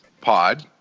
pod